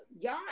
y'all